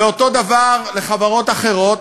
ואותו דבר לחברות אחרות,